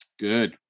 Good